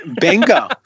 Bingo